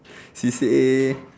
C_C_A